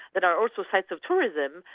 that are also sites of tourism,